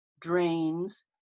drains